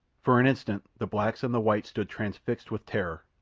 for an instant the blacks and the whites stood transfixed with terror.